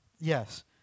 Yes